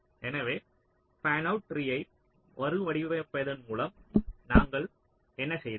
எனவே ஃபேன்அவுட் ட்ரீயை மறுவடிவமைப்பதன் மூலம் நாங்கள் என்ன செய்தோம்